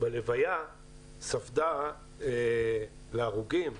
בהלוויה ספדה להרוגים,